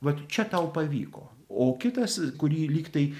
vat čia tau pavyko o kitas kurį lygtai